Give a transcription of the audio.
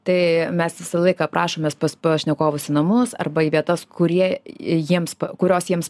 tai mes visą laiką prašomės pas pašnekovus į namus arba į vietas kurie jiems kurios jiems